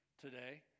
today